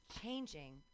changing